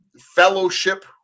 fellowship